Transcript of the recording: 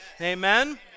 Amen